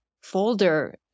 folder